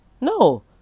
No